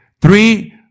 three